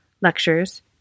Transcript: Lectures